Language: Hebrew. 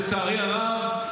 לצערי הרב,